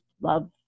love